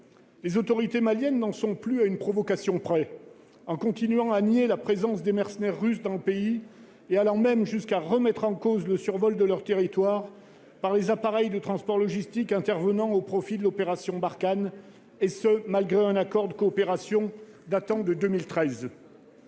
Les autorités maliennes n'en sont plus à une provocation près. Elles continuent de nier la présence des mercenaires russes dans le pays, allant même jusqu'à remettre en cause le survol de leur territoire par les appareils de transport logistique intervenant au profit de l'opération Barkhane, et ce malgré un accord de coopération datant de 2013.